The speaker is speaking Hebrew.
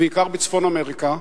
בעיקר מצפון-אמריקה,